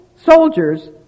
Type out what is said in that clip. soldiers